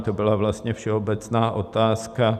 To byla vlastně všeobecná otázka.